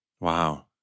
Wow